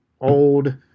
old